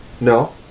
No